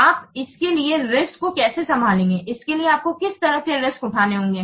आप इसके लिए रिस्क को कैसे संभालेंगे इसके लिए आपको किस तरह के रिस्क उठाने होंगे